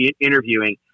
interviewing